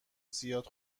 زیاد